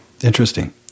Interesting